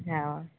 ᱦᱳᱭ